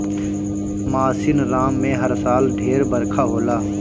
मासिनराम में हर साल ढेर बरखा होला